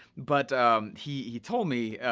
but he he told me,